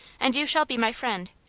and you shall be my friend.